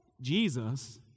Jesus